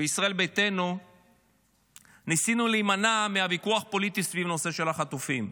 בישראל ביתנו ניסינו להימנע מהוויכוח הפוליטי סביב הנושא של החטופים.